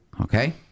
Okay